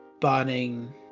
burning